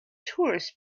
tourists